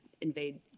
invade